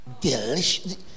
Delicious